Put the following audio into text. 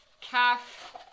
calf